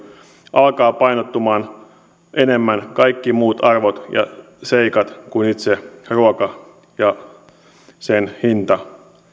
alkavat painottumaan enemmän kaikki muut arvot ja seikat kuin itse ruoka ja sen hinta